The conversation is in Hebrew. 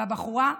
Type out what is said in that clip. והבחורה,